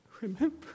remember